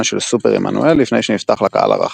של "סופר עמנואל" לפני שנפתח לקהל הרחב.